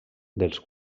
dels